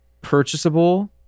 purchasable